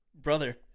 brother